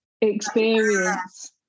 experience